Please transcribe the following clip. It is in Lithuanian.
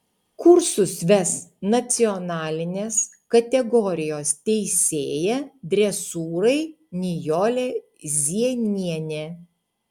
kursus ves nacionalinės kategorijos teisėja dresūrai nijolė zienienė